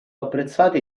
apprezzati